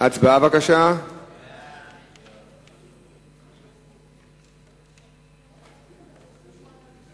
ההצעה להעביר את הנושא לוועדה שתקבע ועדת הכנסת